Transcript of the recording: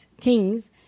kings